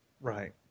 Right